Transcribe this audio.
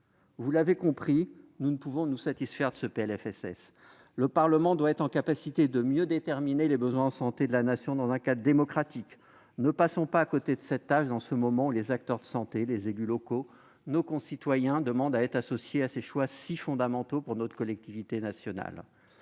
Vous l'avez compris, nous ne pouvons nous satisfaire de ce PLFSS. Le Parlement doit être à même de mieux déterminer les besoins de la Nation en matière de santé, dans un cadre démocratique. Ne passons pas à côté de cette tâche, à un moment où les acteurs de santé, les élus locaux et nos concitoyens demandent à être associés à ces choix fondamentaux pour notre collectivité nationale.